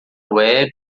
web